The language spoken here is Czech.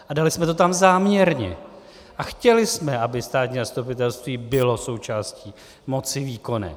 A dali jsme to tam záměrně a chtěli jsme, aby státní zastupitelství bylo součástí moci výkonné.